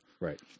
Right